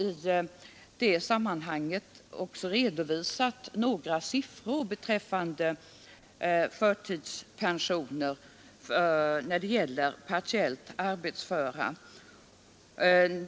I det sammanhanget redovisas några siffror beträffande förtidspensioner när det gäller partiellt arbetsföra.